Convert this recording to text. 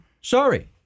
sorry